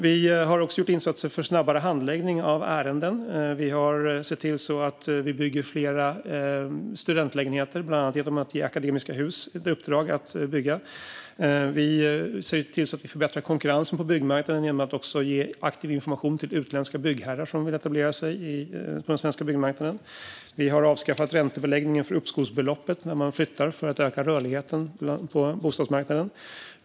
Vi har också gjort insatser för snabbare handläggning av ärenden och sett till så att vi bygger fler studentlägenheter, bland annat genom att ge Akademiska Hus i uppdrag att bygga. Vi förbättrar konkurrensen på byggmarknaden genom att ge aktiv information till utländska byggherrar som vill etablera sig på den svenska byggmarknaden. Vi har avskaffat räntebeläggningen för uppskovsbeloppet när man flyttar för att öka rörligheten på bostadsmarknaden.